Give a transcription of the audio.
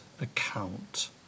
account